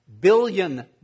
billion